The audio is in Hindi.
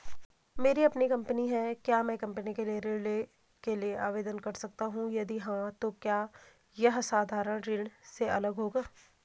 मेरी अपनी कंपनी है क्या मैं कंपनी के लिए ऋण के लिए आवेदन कर सकता हूँ यदि हाँ तो क्या यह साधारण ऋण से अलग होगा?